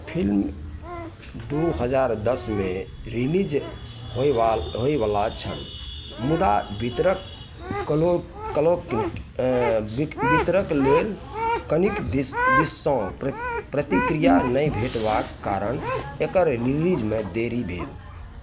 film दुइ हजार दसमे रिलीज होइवा होइवला छल मुदा वितरक कलोक कलोक वितरक लेल कनिक दिससँ प्रतिक्रिया नहि भेटबाके कारण एकर रिलीजमे देरी भेल